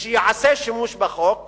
וייעשה שימוש בחוק